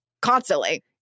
constantly